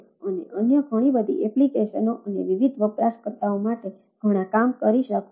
અને અન્ય ઘણી બધી એપ્લિકેશનો અને વિવિધ વપરાશકર્તાઓ માટે ઘણા કામ કરી શકું છું